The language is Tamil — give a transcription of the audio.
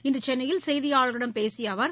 இன்றுசென்னையில் செய்தியாளர்களிடம் பேசியஅவர்